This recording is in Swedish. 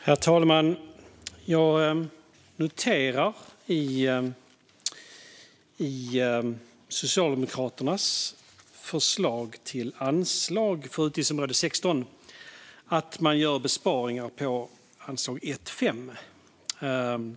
Herr talman! Jag noterar i Socialdemokraternas förslag till anslag för utgiftsområde 16 att man gör besparingar på anslag 1:5.